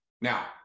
Now